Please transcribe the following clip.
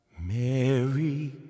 Mary